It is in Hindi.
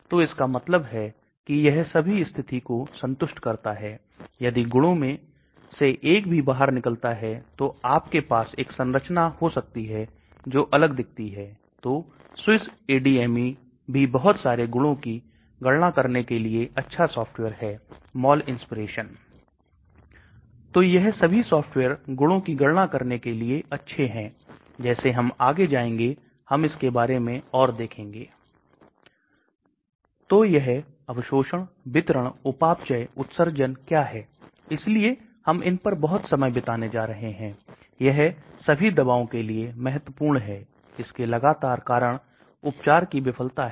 तो इसका मतलब यह है कि पेट के क्षेत्र में निष्क्रिय प्रसार बहुत अच्छा है और यह बहुत कम हो जाता है क्योंकि यह छोटी और बड़ी आंत में जाता है जबकि यदि हम calcium channel blocker Verapamil लेते हैं यह pH ऐसा ऊपर चला जाता है जिसका अर्थ है आपके पेट के बजाय छोटी और बड़ी आंत के निचले हिस्से में बहुत बेहतर है और वही चीज यहां होती है propranolol जैसे एक beta blocker जहां प्रसार बहुत अच्छा है वास्तव में अधिकतम pH 67 पर थोड़ा सा पढ़ रहा है